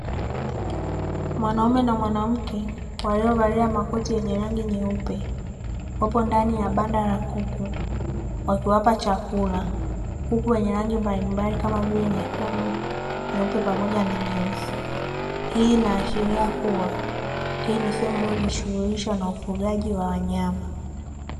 Mwanaume na mwanamke waliovalia makoti yenye rangi nyeupe wapo ndani ya banda la kuku wakiwapa chakula, kuku wenye rangi mbalimbali kama vile nyekundu, nyeupe pamoja na nyeusi, hii inaashiria kuwa hii ni sehemu inayojishughulisha na ufugaji wa wanyama.